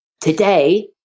today